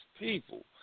People